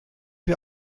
wir